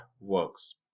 works